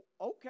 okay